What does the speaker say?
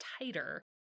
tighter